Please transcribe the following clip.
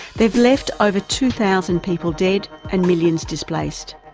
they've left over two thousand people dead and millions displaced.